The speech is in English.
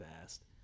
fast